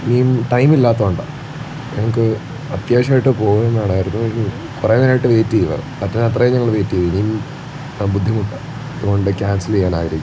ഇനിയും ടൈം ഇല്ലാത്തതുകൊണ്ടാണ് ഞങ്ങൾക്ക് അത്യാവശ്യം ആയിട്ട് പോവുകയും വേണമായിരുന്നു ഇത് കുറേ നേരം ആയിട്ട് വെയിറ്റ് ചെയ്യുവാണ് പറ്റാവുന്ന അത്രയും ഞങ്ങൾ വെയിറ്റ് ചെയ്തു ഇനിയും ബുദ്ധിമുട്ടാണ് അതുകൊണ്ട് ക്യാൻസൽ ചെയ്യാൻ ആഗ്രഹിക്കുന്നു